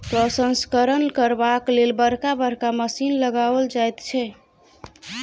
प्रसंस्करण करबाक लेल बड़का बड़का मशीन लगाओल जाइत छै